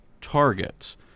targets